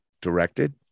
directed